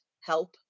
help